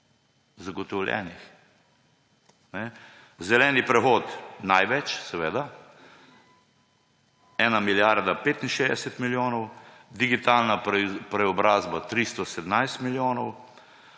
364 milijonov. Zeleni prehod največ, to je ena milijarda 65 milijonov, digitalna preobrazba 317 milijonov,